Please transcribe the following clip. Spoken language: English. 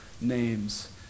names